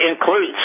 includes